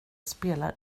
spelar